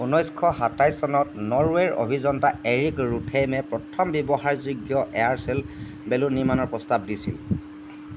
ঊনৈছশ সাতাইছ চনত নৰৱে'ৰ অভিযন্তা এৰিক ৰোথেইমে প্ৰথম ব্যৱহাৰযোগ্য এয়াৰচেল বেলুন নিৰ্মাণৰ প্ৰস্তাৱ দিছিল